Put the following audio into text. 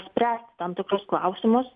spręsti tam tikrus klausimus